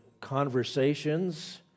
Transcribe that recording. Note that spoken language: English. conversations